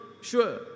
sure